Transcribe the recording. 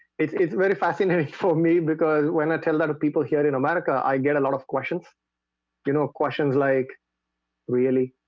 it's it's very fascinating for me because when i tell that people here in america, i get a lot of questions you know questions like really?